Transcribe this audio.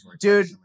dude